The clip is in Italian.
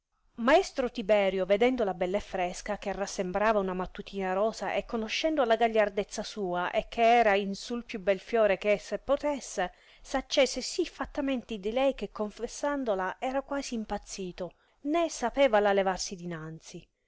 maestro tiberio vedendola bella e fresca che rassembrava mattutina rosa e conoscendo la gagliardezza sua e che era in sul più bel fiore che esser potesse s accese sì fattamente di lei che confessandola era quasi impazzito né sapevala levarsi dinanzi